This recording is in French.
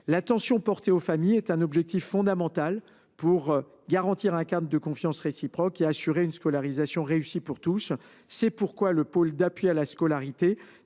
L’attention portée aux familles est un objectif fondamental pour garantir un cadre de confiance réciproque et assurer une scolarisation réussie pour tous. C’est pourquoi les pôles d’appui à la scolarité,